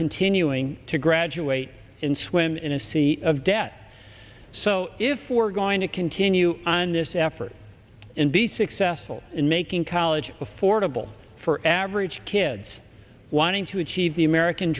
continuing to graduate in swim in a sea of debt so if we're going to continue on this effort and be successful in making college affordable for average kids wanting to achieve the american